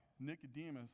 Nicodemus